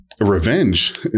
revenge